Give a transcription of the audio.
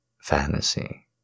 fantasy